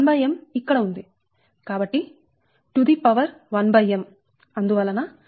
కాబట్టి to the power 1m అందువలన దీనిని ʎa 0